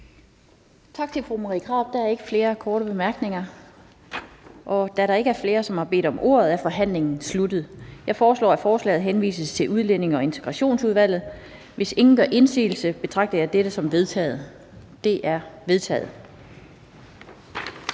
Tak til fru Marie Krarup. Der er ikke flere korte bemærkninger. Da der ikke er flere, som har bedt om ordet, er forhandlingen sluttet. Jeg foreslår, at forslaget henvises til Udlændinge- og Integrationsudvalget. Hvis ingen gør indsigelse, betragter jeg dette som vedtaget. Det er vedtaget.